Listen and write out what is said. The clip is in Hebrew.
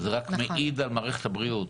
זה רק מעיד על מערכת הבריאות.